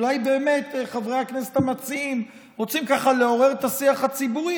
אולי באמת חברי הכנסת המציעים רוצים כך לעורר את השיח הציבורי,